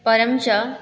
परञ्च